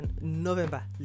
November